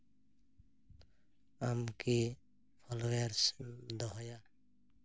ᱟᱢ ᱠᱤ ᱯᱷᱞᱚᱭᱟᱨᱥᱮᱢ ᱫᱚᱦᱚᱭᱟ